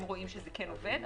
שהם רואים שזה כן עובד.